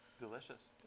Delicious